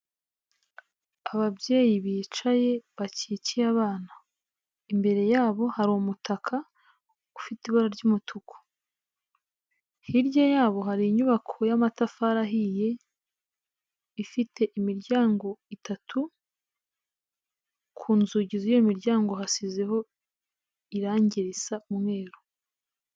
Ababyeyi bicaye bakikiye abana, imbere yabo hari umutaka ufite ibara ry'umutuku, hirya yabo hari inyubako y'amatafari ahiye, ifite imiryango itatu, ku nzugi z'iyo miryango hasize irangi risa umweru.